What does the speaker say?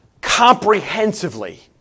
comprehensively